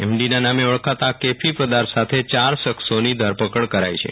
એમડીના નામે ઓળખાતા આ કેફી પદાર્થ સાથે ચાર શખ્સોની ધરપકડ કરાઇ છે